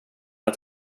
att